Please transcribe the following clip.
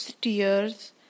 tears